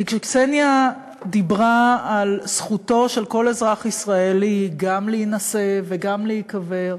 כי כשקסניה דיברה על זכותו של כל אזרח ישראלי גם להינשא וגם להיקבר,